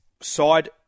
side